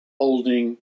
holding